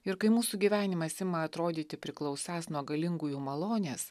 ir kai mūsų gyvenimas ima atrodyti priklausąs nuo galingųjų malonės